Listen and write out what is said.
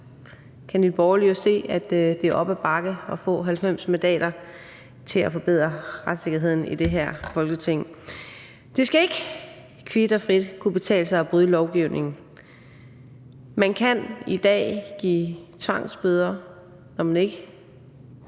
det er op ad bakke at få 90 mandater i det her Folketing til at forbedre retssikkerheden. Det skal ikke kvit og frit kunne betale sig at bryde lovgivningen. Der kan i dag gives tvangsbøder, når man ikke